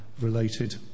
related